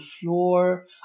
floor